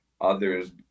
others